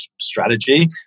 strategy